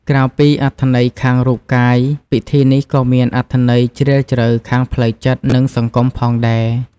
ក្រៅពីអត្ថន័យខាងរូបកាយ ពិធីនេះក៏មានអត្ថន័យជ្រាលជ្រៅខាងផ្លូវចិត្ត និងសង្គមផងដែរ។